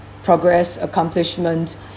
progress accomplishment